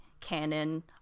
canon